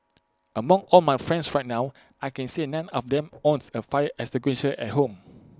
among all my friends right now I can say none of them owns A fire extinguisher at home